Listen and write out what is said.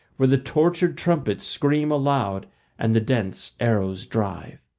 where the tortured trumpets scream aloud and the dense arrows drive.